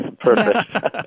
Perfect